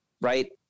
Right